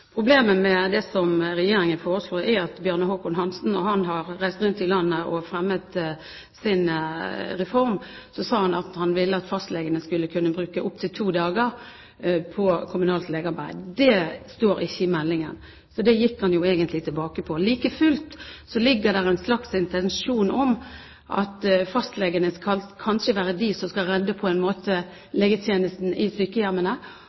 Problemet med det som Regjeringen foreslo, er at da Bjarne Håkon Hanssen reiste rundt i landet og fremmet sin reform, sa han at han ville at fastlegene skulle kunne bruke opptil to dager på kommunalt legearbeid. Det står ikke i meldingen. Så det gikk han egentlig tilbake på. Like fullt ligger det en slags intensjon om at fastlegene kanskje på en måte skal redde legetjenesten i